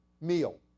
meal